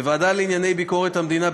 בוועדה לענייני ביקורת המדינה,